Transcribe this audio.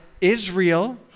Israel